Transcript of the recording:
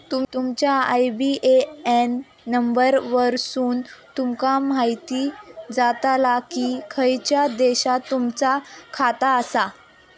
तुमच्या IBAN number वरसुन तुमका म्हायती जाताला की खयच्या देशात तुमचा खाता आसा